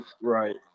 Right